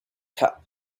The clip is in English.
cup